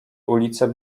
ulice